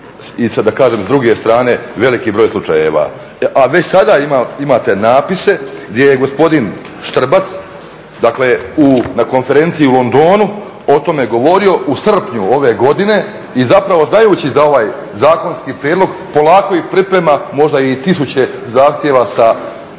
i sad da kažem druge strane veliki broj slučajeva. A već sada imate natpise gdje je gospodin Štrbac, dakle na konferenciji u Londonu o tome govorio u srpnju ove godine i zapravo znajući za ovaj zakonski prijedlog polako i priprema možda i tisuće zahtjeva iz Srbije,